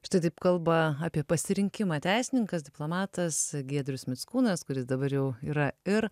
štai taip kalba apie pasirinkimą teisininkas diplomatas giedrius mickūnas kuris dabar jau yra ir